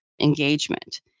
engagement